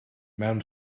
mewn